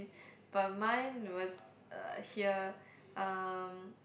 but mine was uh here um